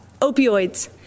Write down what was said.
opioids